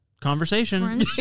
conversation